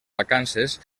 vacances